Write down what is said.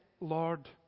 Lord